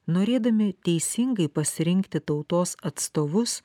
norėdami teisingai pasirinkti tautos atstovus